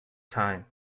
time